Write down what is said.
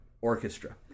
Orchestra